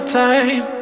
time